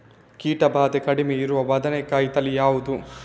ಕೀಟ ಭಾದೆ ಕಡಿಮೆ ಇರುವ ಬದನೆಕಾಯಿ ತಳಿ ಯಾವುದು?